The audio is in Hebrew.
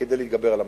כדי להתגבר על המשבר.